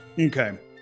Okay